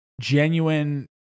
genuine